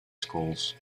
schools